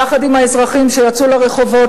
יחד עם האזרחים שיצאו לרחובות,